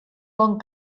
bon